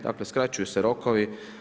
Dakle, skraćuju se rokovi.